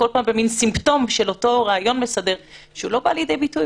כל פעם במן סימפטום של אותו רעיון מסדר שהוא לא בא לידי ביטוי,